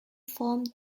form